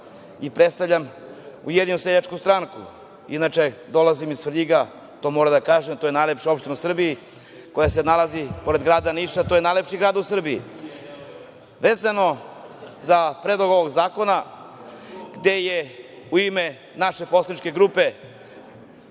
i predstavljam Ujedinjenu seljačku stranku. Inače, dolazim iz Svrljiga, to moram da kažem, to je najlepša opština u Srbiji koja se nalazi pored grada Niša, to je najlepši grad u Srbiji. Vezano za predlog ovog zakona, gde je u ime naše poslaničke grupe